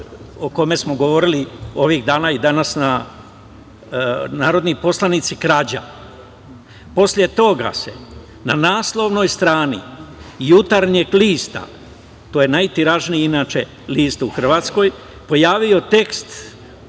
o kome smo govorili ovih dana i danas narodni poslanici, krađa. Posle toga se na naslovnoj strani jutarnjeg lista, to je najtiražniji inače list u Hrvatskoj, pojavio tekst